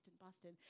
Boston